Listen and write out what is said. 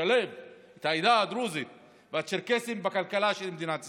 לשלב את העדה הדרוזית והצ'רקסית בכלכלה של מדינת ישראל,